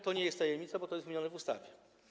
To nie jest tajemnica, bo to jest wymienione w ustawie.